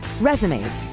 resumes